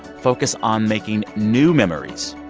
focus on making new memories.